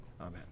Amen